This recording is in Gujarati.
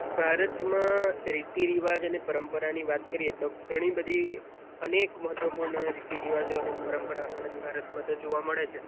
ભારતમાં રીતિરિવાજ અને પરંપરાની વાત કરીએ તો ઘણી બધી અનેક મહત્ત્વપૂર્ણ રીતિરિવાજો અને પરંપરા આપણને ભારતમાં તો જોવા મળે છે